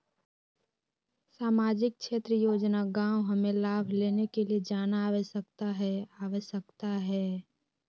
सामाजिक क्षेत्र योजना गांव हमें लाभ लेने के लिए जाना आवश्यकता है आवश्यकता है?